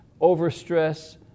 overstress